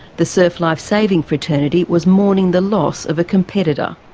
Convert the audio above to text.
the surf lifesaving fraternity was mourning the loss of a competitor.